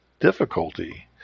difficulty